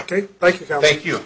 ok thank you thank you